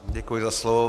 Děkuji za slovo.